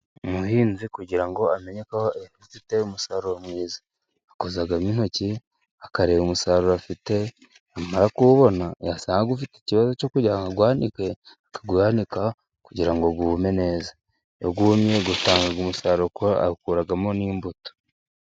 Umuhinzi kugira ngo amenye ko afite umusaruro mwiza, akozamo intoki akareba umusaruro afite, yamara kuwubona yasanga ufite ikibazo cyo kugira ngo awanike, akawanika, kugira ngo wume neza. Iyo wumye utanga umusaruro kuko awukuramo n'imbuto.